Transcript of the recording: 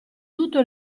tutto